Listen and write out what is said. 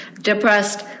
depressed